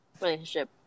relationship